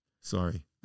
Sorry